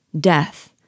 Death